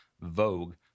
Vogue